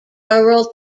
rural